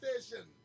station